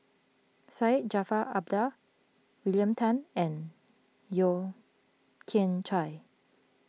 Syed Jaafar Albar William Tan and Yeo Kian Chai